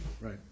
right